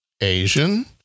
Asian